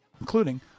including